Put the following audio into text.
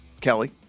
Kelly